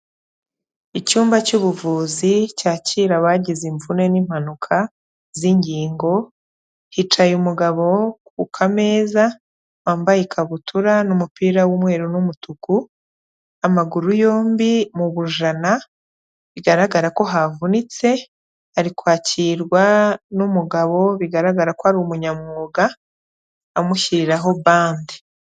Icyumba cyuubuvuzi cyakira abagize imvune nmpanuka zingingo hicaye umugabo wo kukameza wambaye ikabutura n'umupira wumweru n'umutuku amaguru yombi mu bujana bigaragara ko havunitse ari kwakirwa numugabo bigaragara ko ari umunyamwuga amushyiriraho band.